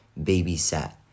babysat